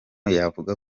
yavuga